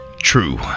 True